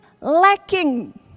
lacking